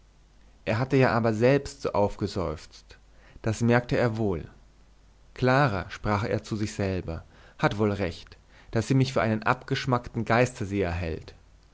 er hatte ja aber selbst so aufgeseufzt das merkte er wohl clara sprach er zu sich selber hat wohl recht daß sie mich für einen abgeschmackten geisterseher hält